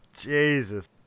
jesus